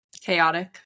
chaotic